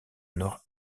nord